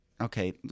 Okay